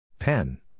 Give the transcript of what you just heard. Pen